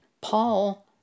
Paul